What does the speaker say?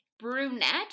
brunette